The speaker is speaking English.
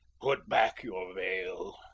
put back your veil.